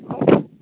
okay